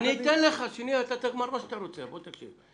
אני אתן לך לומר מה שאתה רוצה אבל בוא תקשיב.